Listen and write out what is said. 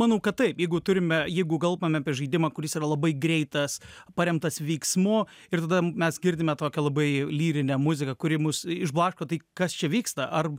manau kad taip jeigu turime jeigu kalbame apie žaidimą kuris yra labai greitas paremtas vyksmu ir tada mes girdime tokią labai lyrinę muziką kuri mus išblaško tai kas čia vyksta ar